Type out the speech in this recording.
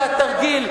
זה התרגיל,